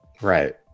Right